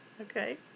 Okay